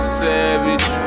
savage